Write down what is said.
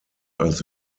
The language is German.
als